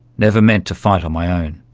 never meant to fight on my own.